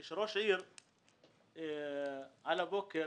כאשר ראש עיר על הבוקר